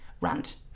Rant